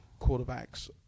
quarterbacks